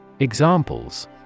Examples